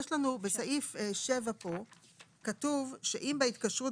יש לנו בסעיף 7 פה כתוב שאם בהתקשרות